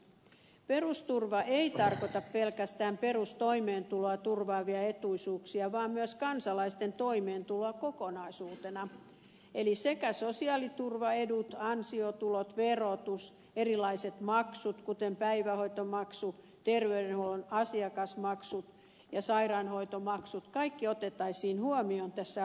perusturva ei tarkoita pelkästään perustoimeentuloa turvaavia etuisuuksia vaan myös kansalaisten toimeentuloa kokonaisuutena eli sekä sosiaaliturvaedut ansiotulot verotus erilaiset maksut kuten päivähoitomaksu terveydenhuollon asiakasmaksut että sairaanhoitomaksut kaikki otettaisiin huomioon tässä arviossa